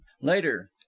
Later